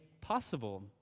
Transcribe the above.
possible